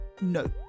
no